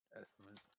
estimate